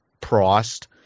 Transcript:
priced